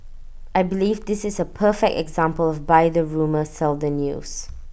I believe this is A perfect example of buy the rumour sell the news